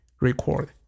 record